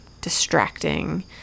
distracting